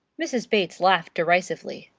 mrs. bates laughed derisively.